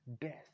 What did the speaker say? Death